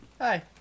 hi